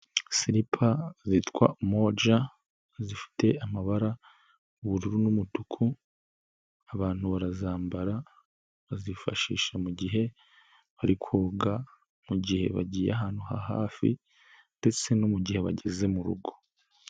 Siripa zitwa umoja, zifite amabara y'ubururu n'umutuku, abantu barazambara, bazifashisha mugihe bari koga, mu mugihe bagiye ahantu ha hafi ndetse no mu gihe bageze mu rugo.